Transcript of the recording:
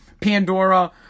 Pandora